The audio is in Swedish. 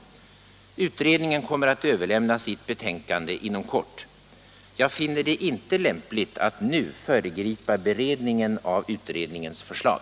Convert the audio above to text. Utredningen kommer att överlämna sitt betänkande inom kort. Jag finner det inte lämpligt att nu föregripa beredningen av utredningens förslag.